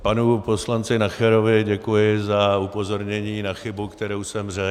Panu poslanci Nacherovi děkuji za upozornění na chybu, kterou jsem řekl.